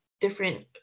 different